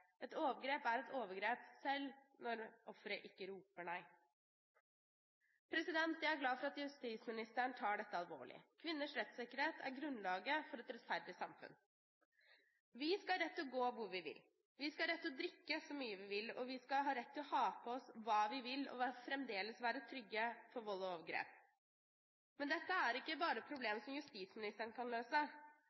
Et overgrep er et overgrep, selv når offeret ikke roper nei. Jeg er glad for at justisministeren tar dette alvorlig. Kvinners rettssikkerhet er grunnlaget for et rettferdig samfunn. Vi skal ha rett til å gå hvor vi vil, vi skal ha rett til å drikke så mye vi vil, og vi skal ha rett til å ha på oss hva vi vil – og fremdeles være trygge for vold og overgrep. Men dette er ikke bare et problem som justisministeren kan løse,